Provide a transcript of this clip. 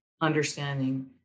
understanding